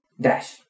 dash